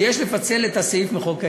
שיש לפצל את הסעיף מחוק ההסדרים."